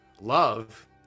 love